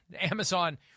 Amazon